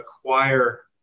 acquire